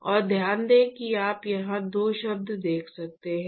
और ध्यान दें कि आप यहां दो शब्द देख सकते हैं